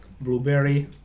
Blueberry